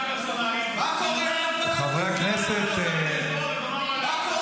פרסונלית --- מה קורה עם הגבלת כהונה בארצות הברית?